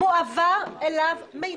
מועבר אליו מידע,